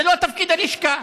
זה לא תפקיד הלשכה.